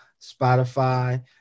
Spotify